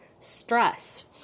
stress